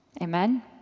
Amen